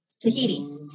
Tahiti